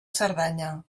cerdanya